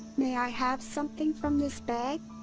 may i have something from this bag?